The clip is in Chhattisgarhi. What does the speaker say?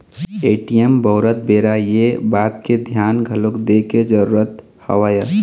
ए.टी.एम बउरत बेरा ये बात के धियान घलोक दे के जरुरत हवय